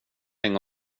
länge